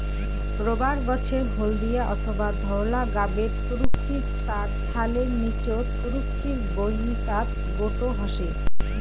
rubber গছের হলদিয়া অথবা ধওলা গাবের তরুক্ষীর তার ছালের নীচত তরুক্ষীর বাহিকাত গোটো হসে